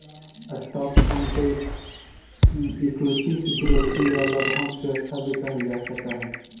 stock fund के equity security या लाभांश सुरक्षा भी कहल जा सकऽ हई